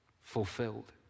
fulfilled